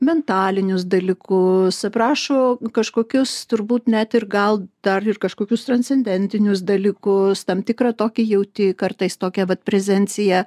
mentalinius dalykus aprašo kažkokius turbūt net ir gal dar ir kažkokius transcendentinius dalykus tam tikrą tokį jauti kartais tokią vat prezenciją